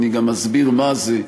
אני גם אסביר מה זה,